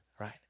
right